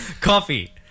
Coffee